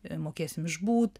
ir mokėsim išbūt